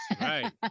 Right